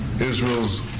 Israel's